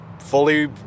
fully